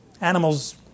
Animals